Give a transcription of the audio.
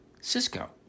Cisco